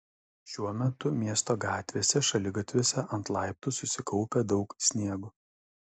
šiuo metu miesto gatvėse šaligatviuose ant laiptų susikaupę daug sniego